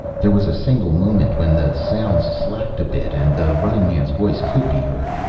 there was a single moment when the sounds slacked a bit and the running man's voice could be heard.